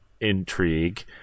intrigue